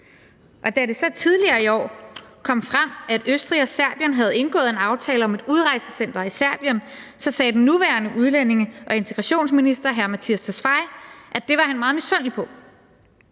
Da det så tidligere i år kom frem, at Østrig og Serbien havde indgået en aftale om et udrejsecenter i Serbien, så sagde den nuværende udlændinge- og integrationsminister, hr. Mattias Tesfaye, at det var han meget misundelig på.